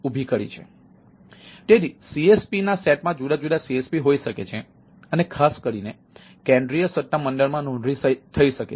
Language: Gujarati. તેથી CSP ના સેટમાં જુદા જુદા CSP હોઈ શકે છે અને ખાસ કરીને કેન્દ્રીય સત્તા મંડળમાં નોંધણી થઈ શકે છે